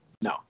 no